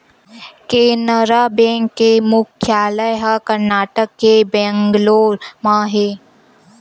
Canara bank के मुख्यालय ह करनाटक के बेंगलोर म हे